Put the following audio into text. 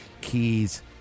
keys